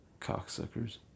cocksuckers